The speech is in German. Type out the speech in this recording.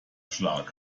schlag